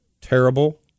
terrible